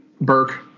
Burke